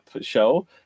show